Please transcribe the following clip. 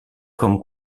comme